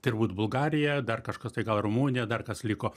turbūt bulgarija dar kažkas tai gal rumunija dar kas liko